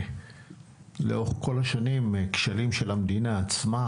לאורן כל השנים כשלים של המדינה עצמה